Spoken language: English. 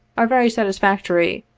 are very satisfactory,